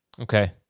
Okay